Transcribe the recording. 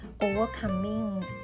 overcoming